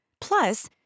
Plus